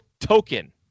token